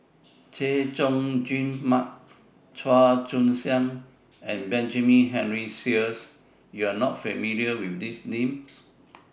Chay Jung Jun Mark Chua Joon Siang and Benjamin Henry Sheares YOU Are not familiar with These Names